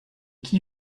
qui